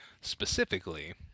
specifically